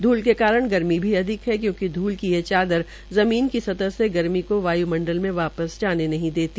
धूल के कारण गर्मी भी अधिक है क्यूंकि धूल की यह चादर जमीन की सतह से गर्मी को वाय्मंडल में वापस नहीं जाने देती